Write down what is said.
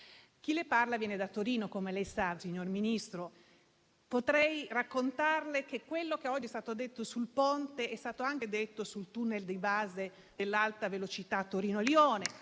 Chi le parla viene da Torino, come sa, signor Ministro. Potrei raccontarle che quello che oggi è stato detto sul Ponte è stato anche detto sul *tunnel* di base dell'alta velocità Torino-Lione